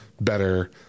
better